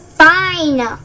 fine